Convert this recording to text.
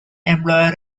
employer